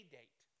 date